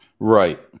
Right